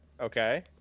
Okay